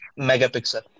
megapixel